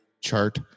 chart